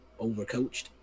overcoached